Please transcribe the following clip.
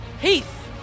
Heath